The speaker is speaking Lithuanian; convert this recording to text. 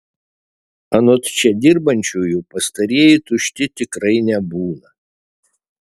anot čia dirbančiųjų pastarieji tušti tikrai nebūna